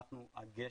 אנחנו הגשר,